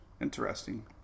Interesting